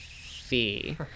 Fee